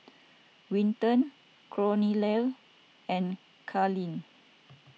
Winton Cornelia and Carli